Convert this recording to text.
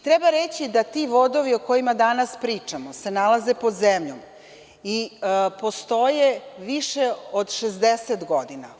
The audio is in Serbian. Treba reći da ti vodovi o kojima danas pričamo se nalaze pod zemljom i postoje više od 60 godina.